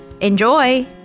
Enjoy